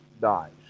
dies